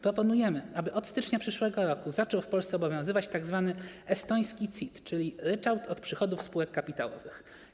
Proponujemy, aby od stycznia przyszłego roku zaczął w Polsce obowiązywać tzw. estoński CIT, czyli ryczałt od przychodów spółek kapitałowych.